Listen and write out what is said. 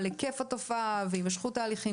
היקף התופעה וגם את התמשכות ההליכים.